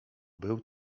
był